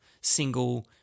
single